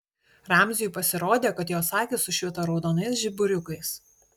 ramziui pasirodė kad jos akys sušvito raudonais žiburiukais